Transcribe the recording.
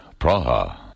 Praha